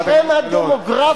בשם הדמוגרפיה,